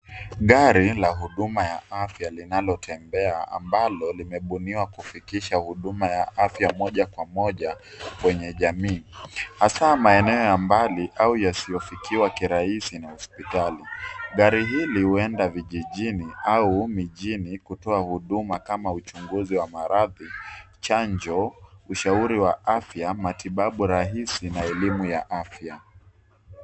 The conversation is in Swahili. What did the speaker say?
Gari la huduma ya afya linalotembea ambalo limebuniwa kufikisha huduma ya afya moja kwa moja kwenye jamii hasa maeneo ya mbali au yasiyofikiwa kirahisi na hospitali. Gari hili huenda vijijini au mijini kutoa huduma kama uchunguzi wa maradhi, chanjo, ushauri wa ufya, matibabu rahisi na elimu ya afya.